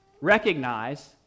recognize